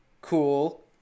Cool